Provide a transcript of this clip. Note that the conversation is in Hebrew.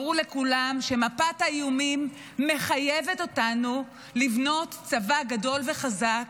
ברור לכולם שמפת האיומים מחייבת אותנו לבנות צבא גדול וחזק,